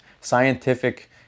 scientific